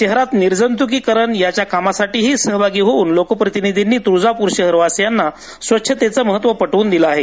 शहरात निर्जतुकीकरण याच्या कामासाठीही सहभागी होऊन लोकप्रतिनिधींनी तुळजापूर शहरवासीयांना स्वच्छतेचे महत्त्व पटवून दिल आहे